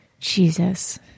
jesus